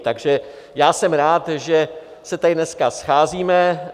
Takže jsem rád, že se tady dneska scházíme.